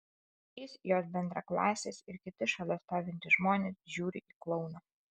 trys jos bendraklasės ir kiti šalia stovintys žmonės žiūri į klouną